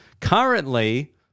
currently